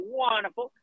wonderful